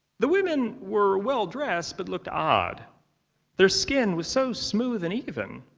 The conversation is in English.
the women were well-dressed but looked odd their skin was so smooth and even,